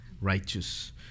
righteous